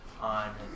on